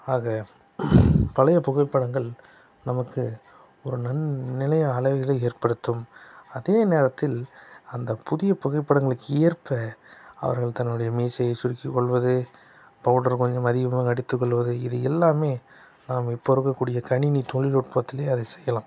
ஆக பழையப் புகைப்படங்கள் நமக்கு ஒரு நன்னிலை அழகுகளை ஏற்படுத்தும் அதே நேரத்தில் அந்த புதிய புகைப்படங்களுக்கு ஏற்ப அவர்கள் தன்னுடைய மீசையை சுருக்கிக்கொள்வது பவுடர் கொஞ்சம் அதிகமாக அடித்துக்கொள்வது இது எல்லாம் நாம் இப்போ இருக்கக்கூடிய கணினி தொழில்நுட்பத்திலேயே அதை செய்யலாம்